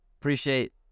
appreciate